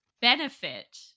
benefit